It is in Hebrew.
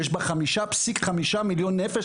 יש בה חמישה פסיק חמישה מיליון נפש,